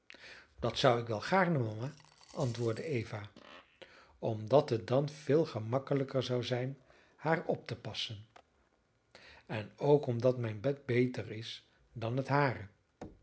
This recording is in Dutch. dat zou ik wel gaarne mama antwoordde eva omdat het dan veel gemakkelijker zou zijn haar op te passen en ook omdat mijn bed beter is dan het hare